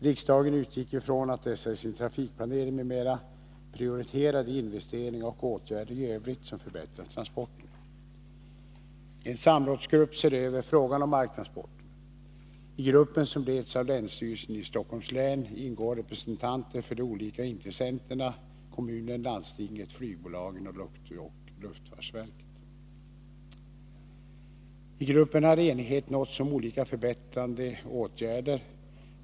Riksdagen utgick ifrån att dessa i sin trafikplanering m.m. prioriterar de investeringar och åtgärder i övrigt som förbättrar transporterna. En samrådsgrupp ser över frågan om marktransporterna. I gruppen, som leds av länsstyrelsen i Stockholms län, ingår representanter för de olika intressenterna: kommunen, landstinget, flygbolagen och luftfartsverket. I gruppen har enighet nåtts om olika förbättrade åtgärder.